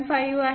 5 आहे